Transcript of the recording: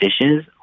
dishes